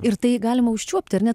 ir tai galima užčiuopti ar ne